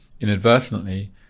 inadvertently